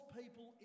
people